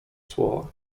słowa